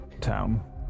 town